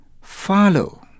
follow